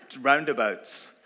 roundabouts